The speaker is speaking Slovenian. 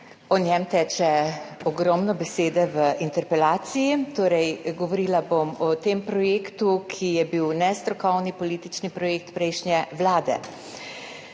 o njem teče ogromno besede v interpelaciji, torej govorila bom o tem projektu, ki je bil nestrokovni politični projekt prejšnje vlade.